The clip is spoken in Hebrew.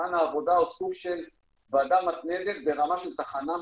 כששולחן העבודה הוא סוג של ועדה מתמדת ברמה של תחנה,